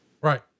right